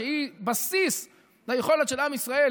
שהיא בסיס ליכולת של עם ישראל